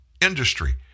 industry